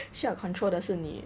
需要 control 的是你